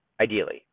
ideally